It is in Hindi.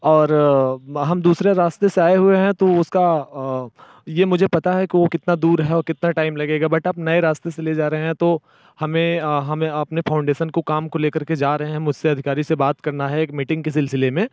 और हम दूसरे रास्ते से आए हुए हैं तो उसका यह मुझे पता है कि वह कितना दूर है और कितना टाइम लगेगा बट आप नए रास्ते से ले जा रहें हैं तो हमें हमें अपने फाउंडेसन को काम को लेकर के जा रहें हैं मुझसे अधिकारी से बात करना है एक मीटिंग की सिलसिले में